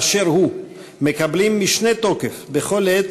של האו"ם משנת 1948. חכמינו אמרו "חביב אדם שנברא בצלם",